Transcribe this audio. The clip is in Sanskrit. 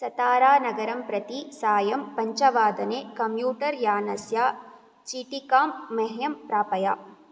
सतारानगरं प्रति सायं पञ्चवादने कम्युटर् यानस्य चीटिकां मह्यं प्रापय